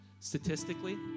Statistically